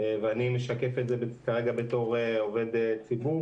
ואני משקף את זה כרגע כעובד ציבור